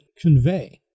convey